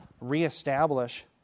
reestablish